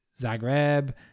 Zagreb